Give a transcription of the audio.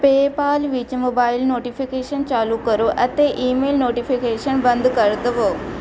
PayPal ਵਿੱਚ mobile notification ਚਾਲੂ ਕਰੋ ਅਤੇ ਈਮੇਲ ਨੋਟੀਫਿਕੇਸ਼ਨ ਬੰਦ ਕਰ ਦੇਵੋ